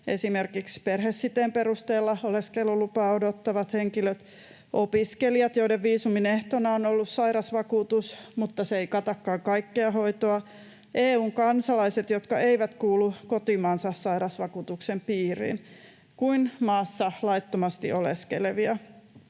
esimerkiksi perhesiteen perusteella oleskelulupaa odottavat henkilöt; opiskelijat, joiden viisumin ehtona on ollut sairasvakuutus, mutta se ei katakaan kaikkea hoitoa; EU:n kansalaiset, jotka eivät kuulu kotimaansa sairausvakuutuksen piiriin — kuin maassa laittomasti oleskelevia.